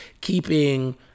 keeping